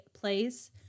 place